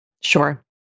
Sure